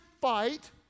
fight